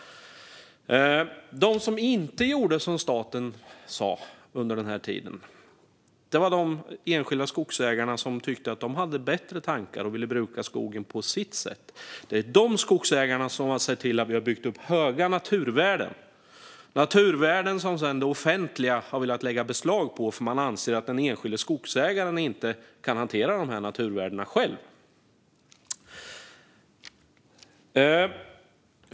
De som inte gjorde som staten sa under den här tiden var de enskilda skogsägarna som tyckte att de hade bättre tankar och ville bruka skogen på sitt sätt. Det är dessa skogsägare som har sett till att vi har byggt upp höga naturvärden - naturvärden som det offentliga sedan har velat lägga beslag på, eftersom man anser att den enskilda skogsägaren inte kan hantera de här naturvärdena själv.